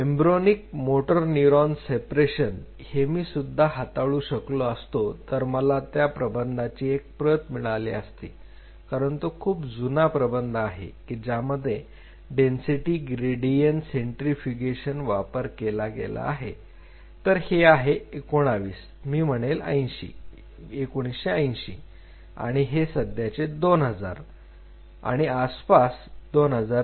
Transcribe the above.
embryonic motor neuron separation हे मी सुद्धा हाताळू शकलो असतो जर मला त्या प्रबंधाची एक प्रत मिळाली असती कारण तो खूप जुना प्रबंध आहे की ज्यामध्ये डेन्सिटी ग्रेडियंट सेंट्रीफ्युगेशन वापर केला गेला आहे तर हे आहे 19 मी म्हणेल 80s आणि हे सध्याचे 2000 किंवा आसपास 2003